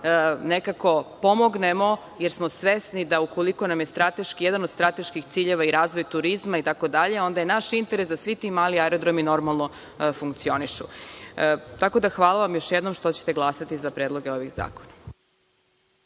nekako pomognemo, jer smo svesni da ukoliko nam je jedan od strateških ciljeva i razvoj turizma itd, onda je naš interes da svi ti mali aerodromi normalno funkcionišu. Tako da, hvala vam još jednom što ćete glasati za predloge ovih zakona.